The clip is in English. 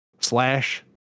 slash